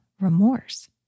remorse